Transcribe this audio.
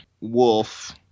wolf